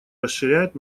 расширяет